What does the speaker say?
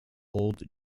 old